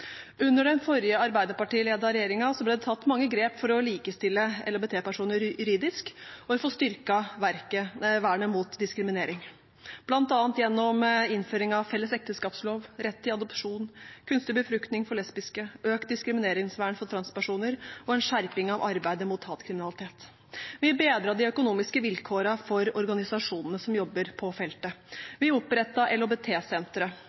Under den forrige arbeiderpartiledede regjeringen ble det tatt mange grep for å likestille LHBT-personer juridisk, og vi fikk styrket vernet mot diskriminering, bl.a. gjennom innføring av felles ekteskapslov, rett til adopsjon, kunstig befruktning for lesbiske, økt diskrimineringsvern for transpersoner og en skjerping av arbeidet mot hatkriminalitet. Vi bedret de økonomiske vilkårene for organisasjonene som jobber på feltet,